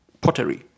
pottery